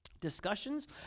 discussions